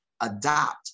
adopt